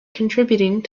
contributing